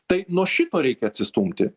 tai nuo šito reikia atsistumti